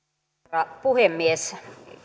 arvoisa herra puhemies